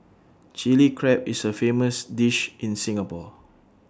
Chilli Crab is A famous dish in Singapore